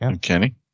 Kenny